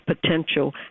potential